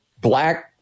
black